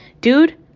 dude